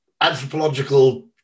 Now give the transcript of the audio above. anthropological